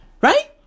Right